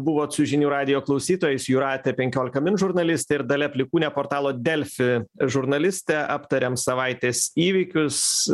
buvot su žinių radijo klausytojais jūratė penkiolika min žurnalistė ir dalia plikūnė portalo delfi žurnalistė aptarėm savaitės įvykius